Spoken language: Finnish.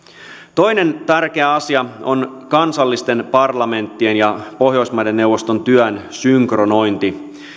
toinen tärkeä asia on kansallisten parlamenttien ja pohjoismaiden neuvoston työn synkronointi